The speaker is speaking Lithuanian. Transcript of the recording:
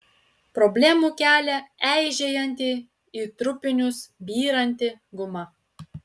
problemų kelia eižėjanti į trupinius byranti guma